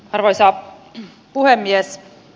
arvoisa puhemies